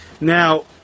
Now